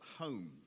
home